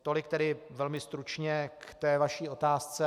Tolik tedy velmi stručně k vaší otázce.